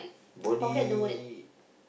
body